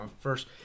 first